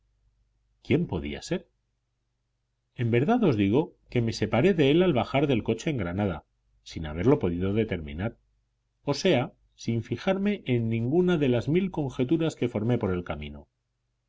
quién podía ser en verdad os digo que me separé de él al bajar del coche en granada sin haberlo podido determinar o sea sin fijarme en ninguna de las mil conjeturas que formé por el camino